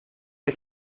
que